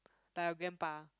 like your grandpa